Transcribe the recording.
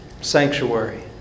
sanctuary